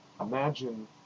Imagine